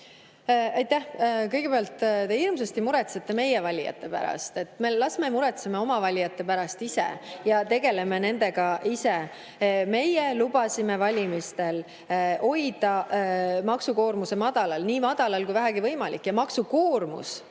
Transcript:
Aitäh! Kõigepealt, te hirmsasti muretsete meie valijate pärast. Las me muretseme oma valijate pärast ise ja tegeleme nendega ise. Meie lubasime valimistel hoida maksukoormuse madala, nii madala kui vähegi võimalik, ja maksukoormus